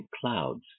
clouds